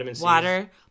water